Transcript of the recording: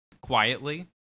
Quietly